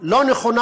לא נכונה.